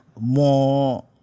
more